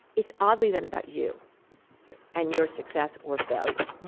it's oddly then about you and your success or failure.